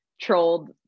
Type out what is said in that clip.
trolled